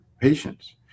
patients